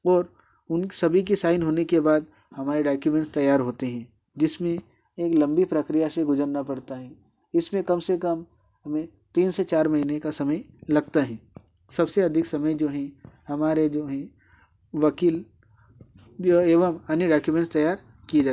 और उन सभी की साइन होने के बाद हमारे डॉक्यूमेंट तैयार होते हैं जिसमें एक लम्बी प्रक्रिया से गुज़रना पड़ता है इसमें कम से कम हमें तीन से चार महीने का समय लगता है सबसे अधिक समय जो है हमारे जो हैं वकील एवम जो अन्य डॉक्यूमेंट तैयार किए जाते हैं